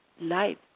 life